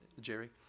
Jerry